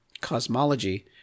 cosmology